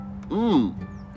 Mmm